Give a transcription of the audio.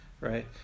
right